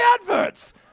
adverts